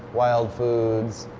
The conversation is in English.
wild foods.